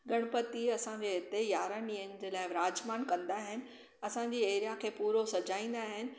गणपति असांजे हिते यारहां ॾींहनि जे लाइ विराजमान कंदा आहिनि असांजी एरिया खे पूरो सजाईंदा आहिनि